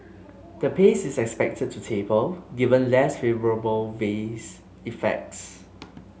the pace is expected to taper given less favourable base effects